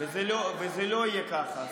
וזה לא יהיה ככה.